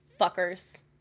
Fuckers